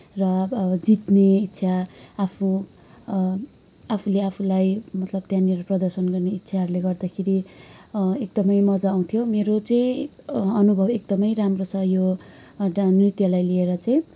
र अब जित्ने इच्छा आफू आफूले आफूलाई मतलब त्यहाँनिर प्रदर्शन गर्ने इच्छाहरूले गर्दाखेरि एकदमै मज्जा आउँथ्यो मेरो चाहिँ अनुभव एकदमै राम्रो छ यो डा नृत्यलाई लिएर चाहिँ